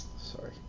Sorry